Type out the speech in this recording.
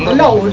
know